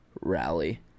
rally